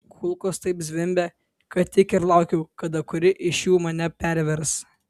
kulkos taip zvimbė kad tik ir laukiau kada kuri iš jų mane pervers